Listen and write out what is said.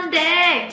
day